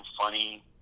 funny